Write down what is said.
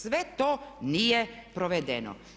Sve to nije provedeno.